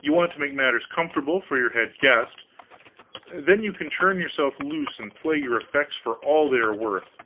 you want to make matters comfortable for your head guest then you can turn yourself loose and play your effects for all they are worth.